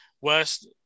West